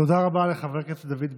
תודה רבה לחבר הכנסת דוד ביטן.